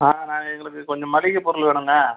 ஆ நான் எங்களுக்கு கொஞ்சம் மளிகை பொருள் வேணுங்க